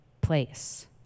place